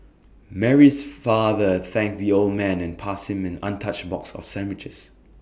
Mary's father thanked the old man and passed him an untouched box of sandwiches